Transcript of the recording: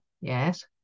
yes